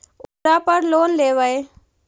ओरापर लोन लेवै?